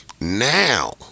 Now